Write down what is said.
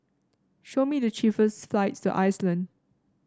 show me the cheapest flights to Iceland